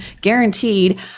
guaranteed